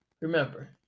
remember